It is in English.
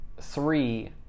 three